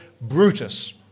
Brutus